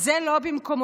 זה לא במקומותינו.